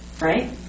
right